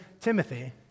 Timothy